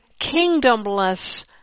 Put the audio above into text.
kingdomless